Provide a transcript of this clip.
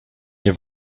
nie